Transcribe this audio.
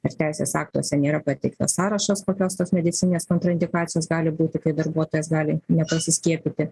ir teisės aktuose nėra pateiktas sąrašas kokios tos medicininės kontraindikacijos gali būti kai darbuotojas gali nepasiskiepyti